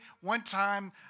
one-time